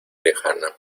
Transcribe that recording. lejana